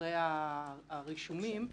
אחרי הרישומים,